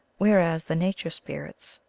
whereas the nature spirits,